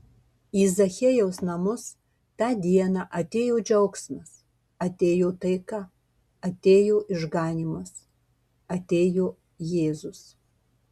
į zachiejaus namus tą dieną atėjo džiaugsmas atėjo taika atėjo išganymas atėjo jėzus